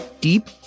deep